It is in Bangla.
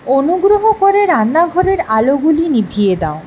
অনুগ্রহ করে রান্নাঘরের আলোগুলো নিভিয়ে দাও